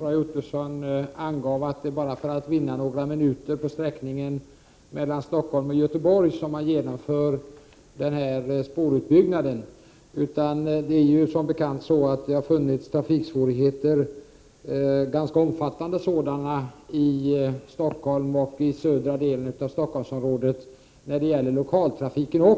Roy Ottosson påstår att det är för att vinna några minuter på sträckan mellan Stockholm och Göteborg som man gör denna spårutbyggnad. Som bekant har det förekommit ganska omfattande trafiksvårigheter i Stockholm och södra delen av Stockholmsområdet också när det gäller lokaltrafiken.